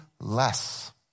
less